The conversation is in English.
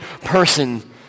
person